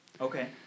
Okay